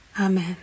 Amen